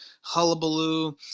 hullabaloo